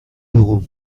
dugu